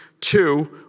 two